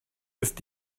ist